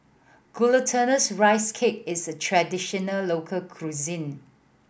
Glutinous Rice Cake is a traditional local cuisine